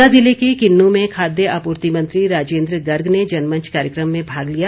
ऊना ज़िले के किन्नू में खाद्य आपूर्ति मंत्री राजेन्द्र गर्ग ने जनमंच कार्यक्रम में भाग लिया